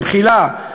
במחילה,